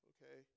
Okay